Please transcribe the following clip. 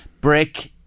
brick